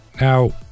Now